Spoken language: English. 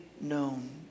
known